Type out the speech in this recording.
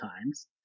times